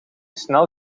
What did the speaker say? snel